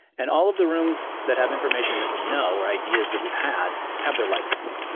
and all of the rooms that have information that we know or ideas that we've had have their lights on.